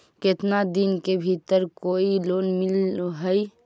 केतना दिन के भीतर कोइ लोन मिल हइ?